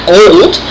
old